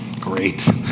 Great